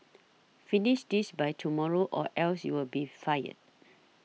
finish this by tomorrow or else you'll be fired